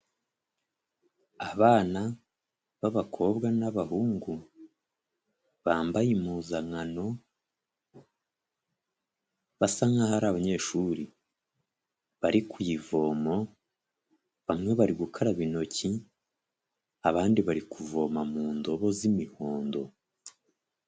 Abana b'abakobwa n'abahungu, bambaye impuzankano, basa nkaho ari abanyeshuri. Bari ku ivomo, bamwe bari gukaraba intoki, abandi bari kuvoma mu ndobo z'imihondo.